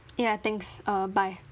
ya thanks uh bye